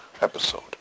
episode